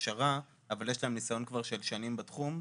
הכשרה אבל יש להם ניסיון של שנים בתחום,